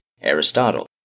Aristotle